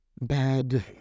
bad